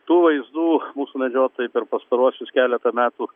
tų vaizdų mūsų medžiotojai per pastaruosius keletą metų